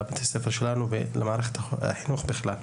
לבתי הספר שלנו ולמערכת החינוך בכלל.